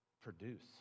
produce